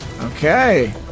Okay